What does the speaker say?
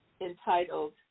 entitled